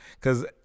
cause